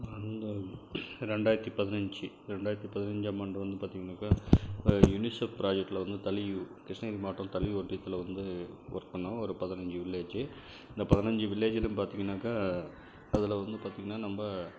கடந்த ரெண்டாயிரத்து பதினஞ்சு ரெண்டாயிரத்து பதினஞ்சாம் ஆண்டு வந்து பார்த்திங்னாக்கா இப்ப யுனிஷெப் பிராஜெக்ட்டில் வந்து தலியூர் கிருஷ்ணகிரி மாவட்டம் தலியூர் வந்து ஒர்க் பண்ணிணோம் ஒரு பதினஞ்சி வில்லேஜி அந்த பதினஞ்சி வில்லேஜிலும் பார்த்திங்னாக்கா அதில் வந்து பாத்திங்கனா நம்ம